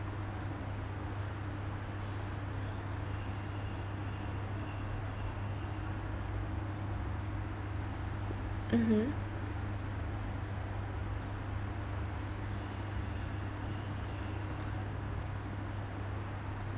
mmhmm